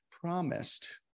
promised